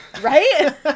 right